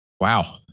wow